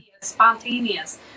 spontaneous